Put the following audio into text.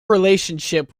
relationship